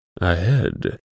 Ahead